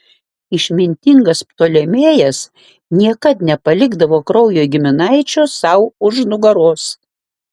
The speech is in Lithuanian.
išmintingas ptolemėjas niekad nepalikdavo kraujo giminaičio sau už nugaros